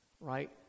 right